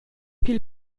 pil